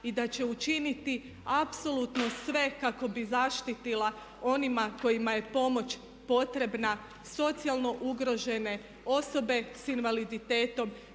i da će učiniti apsolutno sve kako bi zaštitila onima kojima je pomoć potrebna, socijalno ugrožene osobe s invaliditetom,